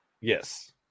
Yes